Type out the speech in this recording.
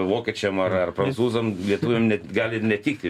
vokiečiam ar ar prancūzam lietuviam gali ir netikti